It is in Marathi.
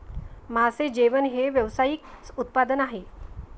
मासे जेवण हे व्यावसायिक उत्पादन आहे